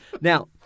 Now